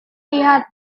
lihat